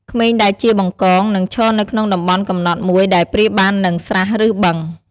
ក្មេងដែលជា បង្កង នឹងឈរនៅក្នុងតំបន់កំណត់មួយដែលប្រៀបបាននឹង ស្រះ ឬ បឹង។